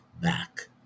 Back